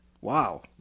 wow